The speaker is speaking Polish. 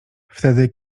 wtedy